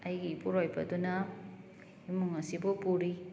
ꯑꯩꯒꯤ ꯏꯄꯨꯔꯣꯏꯕꯗꯨꯅ ꯏꯃꯨꯡ ꯑꯁꯤꯕꯨ ꯄꯨꯔꯤ